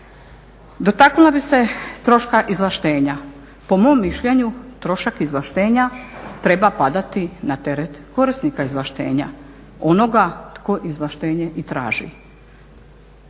Dotaknula bih se troška izvlaštenja. Po mom mišljenju trošak izvlaštenja treba padati na teret korisnika izvlaštenja, onoga tko izvlaštenje i traži.